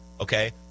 okay